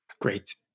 Great